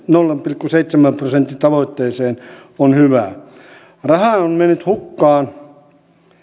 nolla pilkku seitsemän prosentin tavoitteeseen on hyvä rahaa on mennyt hukkaan